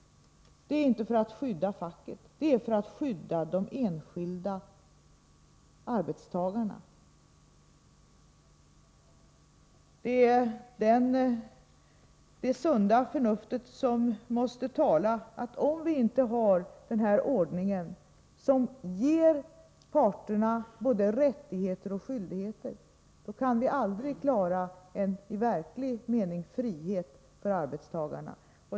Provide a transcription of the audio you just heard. Det är inte för att skydda facket, utan för att skydda de enskilda arbetstagarna som vi har dessa regler. Det är det sunda förnuftet som måste tala. Om vi inte har den här ordningen, som ger parterna både rättigheter och skyldigheter, kan vi aldrig klara vad som är i verklig mening frihet för arbetstagarna.